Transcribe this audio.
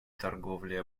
торговли